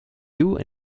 hughes